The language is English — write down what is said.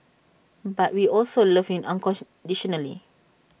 but we also love him unconditionally